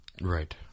Right